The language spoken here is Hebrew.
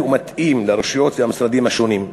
ומתאים של הרשויות ושל המשרדים השונים.